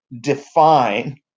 define